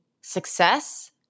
success